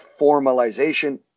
formalization